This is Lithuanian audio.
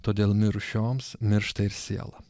todėl mirus šioms miršta ir siela